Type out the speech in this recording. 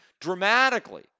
dramatically